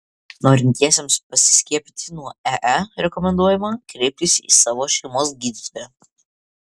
norintiesiems pasiskiepyti nuo ee rekomenduojama kreiptis į savo šeimos gydytoją